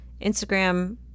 Instagram